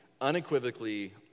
unequivocally